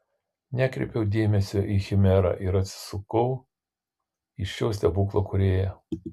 nekreipiau dėmesio į chimerą ir atsisukau į šio stebuklo kūrėją